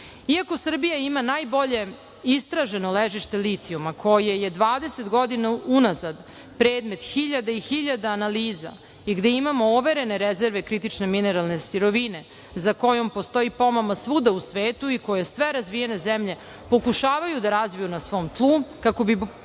Srbija ima najbolje istraženo ležište litijuma, koje je 20 godina unazad predmete hiljada i hiljada analiza, i gde imamo overene rezerve kritične mineralne sirovine, za kojom postoji pomama svuda u svetu i koje sve razvijene zemlje pokušavaju da razviju na svom tlu, kako bi